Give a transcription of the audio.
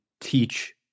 teach